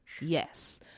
Yes